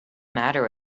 matter